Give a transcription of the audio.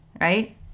right